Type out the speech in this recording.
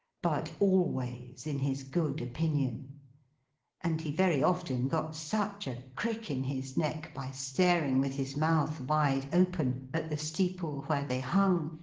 but always in his good opinion and he very often got such a crick in his neck by staring with his mouth wide open, at the steeple where they hung,